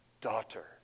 daughter